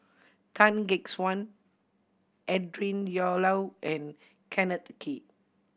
Tan Gek Suan Adrin and Kenneth Kee